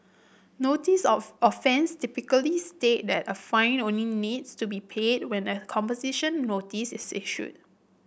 notice of offence typically state that a fine only needs to be paid when a composition notice is issued